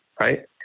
right